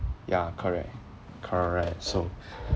ya correct correct so